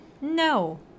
No